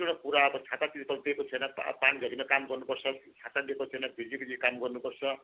कतिओटा कुरा अब छाता तिरपल दिएको छैन पा पानीझरीमा काम गर्नुपर्छ छाता दिएको छैन भिझी भिझी काम गर्नुपर्छ